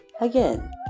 again